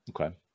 Okay